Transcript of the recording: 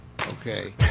Okay